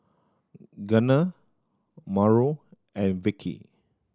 Gardner Mauro and Vickie